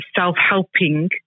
self-helping